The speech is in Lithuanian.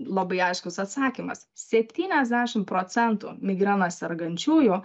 labai aiškus atsakymas septyniasdešim procentų migrena sergančiųjų